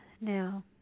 now